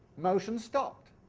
motion stopped.